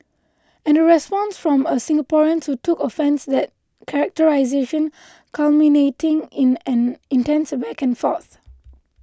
and a response from a Singaporean to took offence that characterisation culminating in an intense back and forth